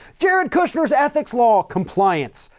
jared kushner's ethics law compliance,